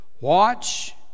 watch